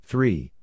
Three